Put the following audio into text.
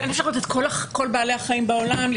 אבל אין אפשרות לכתוב רשימה של כל בעלי החיים בעולם.